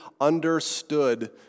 understood